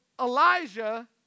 Elijah